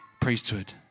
priesthood